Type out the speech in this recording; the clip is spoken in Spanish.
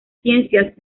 ciencias